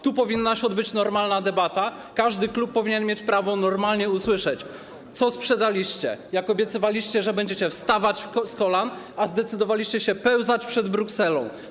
Tu powinna się odbyć normalna debata, każdy klub powinien mieć prawo normalnie usłyszeć, co sprzedaliście, jak obiecywaliście, że będziecie wstawać z kolan, a zdecydowaliście się pełzać przed Brukselą.